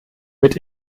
mit